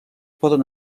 poden